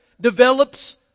develops